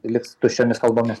liks tuščiomis kalbomis